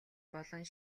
болон